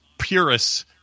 purists